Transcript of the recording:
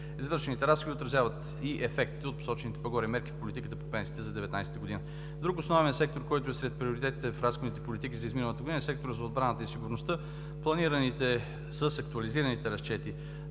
Извършените разходи отразяват и ефектите от посочените по-горе мерки в политиката по пенсиите за 2019 г. Друг основен сектор, който е сред приоритетите в разходните политики за изминалата година, е секторът на отбраната и сигурността. Планираните с актуализираните разчети